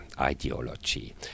ideology